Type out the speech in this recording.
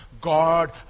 God